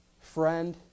Friend